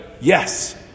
Yes